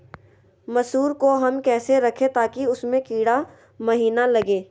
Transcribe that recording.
मसूर को हम कैसे रखे ताकि उसमे कीड़ा महिना लगे?